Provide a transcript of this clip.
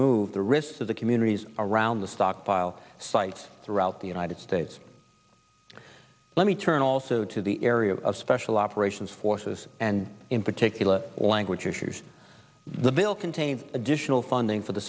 move the risks of the communities around the stockpile sites throughout the united states let me turn also to the area of special operations forces and in particular language issues the bill contains additional funding for the